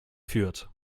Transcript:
führt